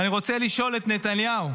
ואני רוצה לשאול את נתניהו: